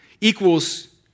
equals